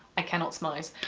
i cannot smize.